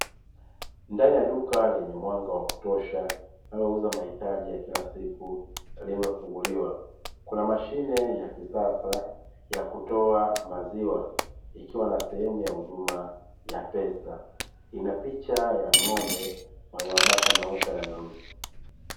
Ndani ya duka lenye mwanga wa kutosha linalouza mahitaji ya kila siku limefunguliwa kuna mashine ya kisasa ya kutoa maziwa ikiwa na sehemu ya huduma ya pesa. Ina picha ya ng'ombe mwenye mabaka meupe na meusi.